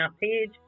page